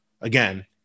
again